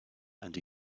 and